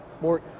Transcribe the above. more